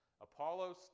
Apollos